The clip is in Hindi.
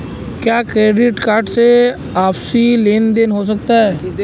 क्या क्रेडिट कार्ड से आपसी लेनदेन हो सकता है?